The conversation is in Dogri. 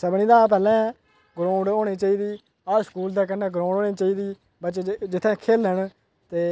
सभनें थां पैह्लै ग्राउंड होनी चाहिदी हर स्कूल दे कन्नै ग्राउड होनी चाहिदी बच्चे जित्थै खेलन ते